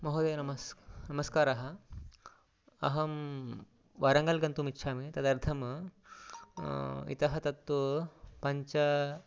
महोदय नमस् नमस्कारः अहं वारङ्गल् गन्तुम् इच्छामि तदर्थम् इतः तत्तु पञ्च